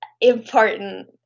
important